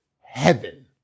heaven